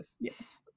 Yes